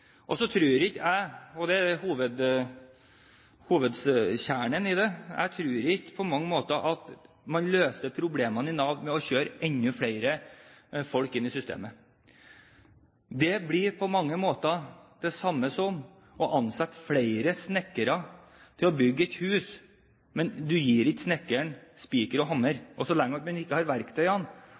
Så tror ikke jeg – og det er hovedkjernen i dette – at man løser problemene i Nav ved å kjøre enda flere folk inn i systemet. Det blir på mange måter det samme som å ansette flere snekkere til å bygge et hus, men du gir ikke snekkeren spiker og hammer. Og så lenge man ikke har